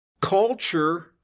culture